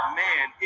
man